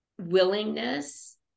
willingness